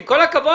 עם כל הכבוד,